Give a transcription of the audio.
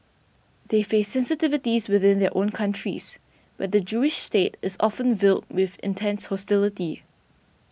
they face sensitivities within their own countries where the Jewish state is often viewed with intense hostility